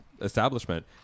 establishment